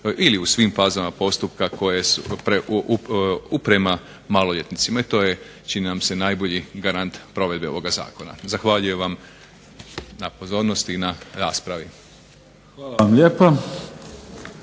ili u svim fazama postupka prema maloljetnicima. To je čini nam se najbolji garant provedbe ovog zakona. Zahvaljujem vam na pozornosti i na raspravi. **Mimica, Neven